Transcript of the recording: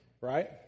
right